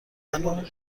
منو